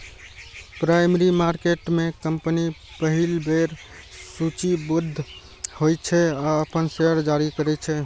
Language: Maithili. प्राइमरी मार्केट में कंपनी पहिल बेर सूचीबद्ध होइ छै आ अपन शेयर जारी करै छै